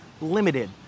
limited